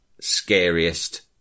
scariest